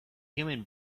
human